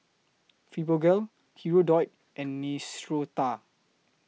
Fibogel Hirudoid and Neostrata